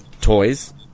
toys